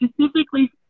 specifically